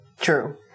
True